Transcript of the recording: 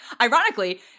Ironically